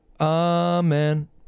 Amen